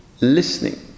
listening